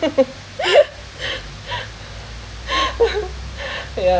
yeah